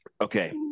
Okay